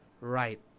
right